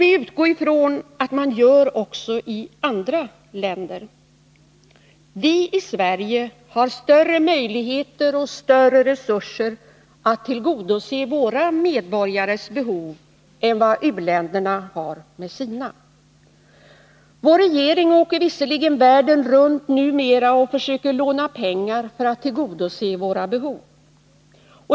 Vi får utgå ifrån att detsamma gäller också i andra länder. Vi i Sverige har större möjligheter och större resurser att tillgodose våra medborgares behov än u-länderna har när det gäller att tillgodose sina. Vår regering åker visserligen världen runt numera och försöker låna pengar för att tillgodose våra behov.